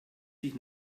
sich